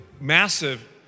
massive